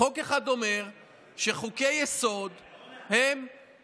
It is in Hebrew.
חוק אחד אומר שחוקי-יסוד הם, עוד